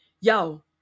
Yo